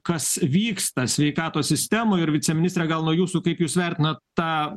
kas vyksta sveikatos sistemoj ir viceministre gal nuo jūsų kaip jūs vertinat tą